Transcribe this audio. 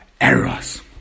errors